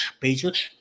pages